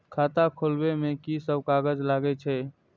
खाता खोलब में की सब कागज लगे छै?